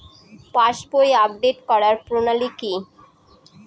পাসবই update করার প্রণালী কি?